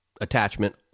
attachment